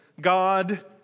God